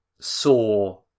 saw